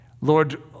Lord